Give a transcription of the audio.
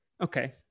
Okay